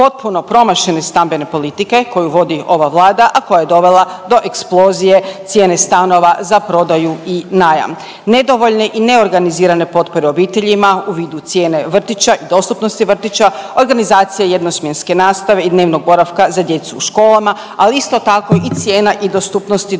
potpuno promašene stambene politike koju vodi ova Vlada, a koja je dovela do eksplozije cijene stanova za prodaju i najam. Nedovoljne i neorganizirane potpore obiteljima u vidu cijene vrtića i dostupnosti vrtića, organizacija jednosmjenske nastave i dnevnog boravka za djecu u školama, ali isto tako i cijena i dostupnosti